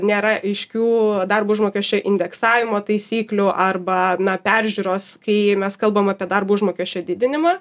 nėra aiškių darbo užmokesčio indeksavimo taisyklių arba na peržiūros kai mes kalbam apie darbo užmokesčio didinimą